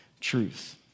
truth